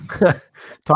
talk